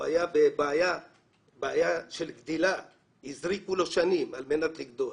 הייתה לו בעיית גדילה והזריקו לו שנים וטפלו